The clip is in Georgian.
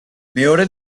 მეორე